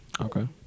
Okay